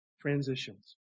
transitions